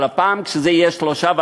אבל הפעם, כשזה יהיה 3.25,